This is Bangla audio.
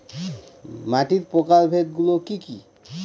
মাটির প্রকারভেদ গুলো কি কী?